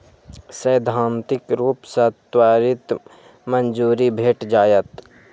सैद्धांतिक रूप सं त्वरित मंजूरी भेट जायत